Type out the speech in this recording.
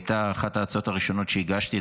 הייתה אחת ההצעות הראשונות שהגשתי,